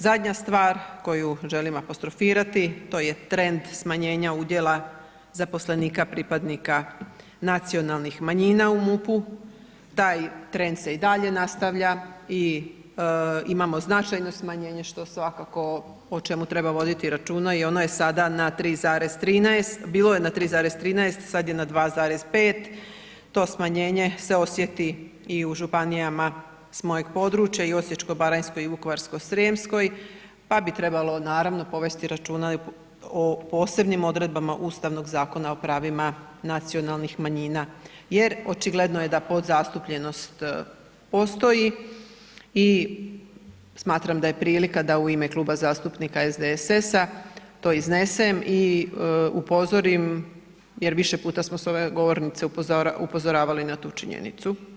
Zadnja stvar koju želim apostrofirati to je trend smanjenja udjela zaposlenika pripadnika nacionalnih manjima u MUP-u, taj trend se i dalje nastavlja i imamo značajno smanjenje, što svakako, o čemu treba voditi računa i ono je sada na 3,13 bilo je na 3,13 sad je na 2,5 to smanjenje se osjeti i u županijama s mojeg područja i Osječko-baranjskoj i Vukovarsko-srijemskoj, pa bi trebalo naravno povesti računa o posebnim odredbama Ustavnog zakona o pravima nacionalnih manjima jer očigledno je da podzastupljenost postoji i smatram da je prilika da u ime Kluba zastupnika SDSS-a to iznesem i upozorim jer više puta smo s ove govornice upozoravali na tu činjenicu.